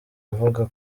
avuga